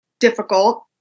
difficult